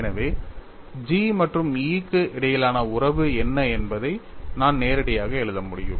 எனவே G மற்றும் E க்கு இடையிலான உறவு என்ன என்பதை நான் நேரடியாக எழுத முடியும்